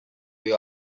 you